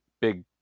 big